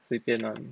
随便 [one]